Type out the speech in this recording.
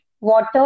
water